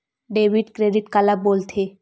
Debit credit काला बोल थे?